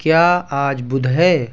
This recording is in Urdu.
کیا آج بدھ ہے